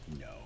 No